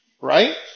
Right